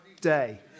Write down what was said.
day